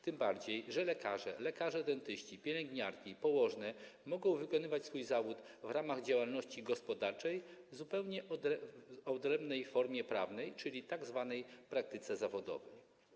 Tym bardziej że lekarze, lekarze dentyści, pielęgniarki i położne mogą wykonywać swój zawód w ramach działalności gospodarczej w zupełnie odrębnej formie prawnej, jaką jest tzw. praktyka zawodowa.